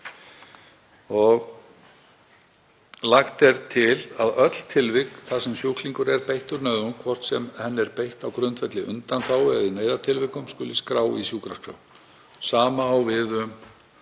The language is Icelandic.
Lagt er til að öll tilvik þar sem sjúklingur er beittur nauðung, hvort sem henni er beitt á grundvelli undanþágu eða í neyðartilvikum, skuli skrá í sjúkraskrá. Sama á við